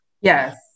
Yes